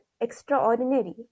extraordinary